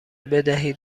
بدهید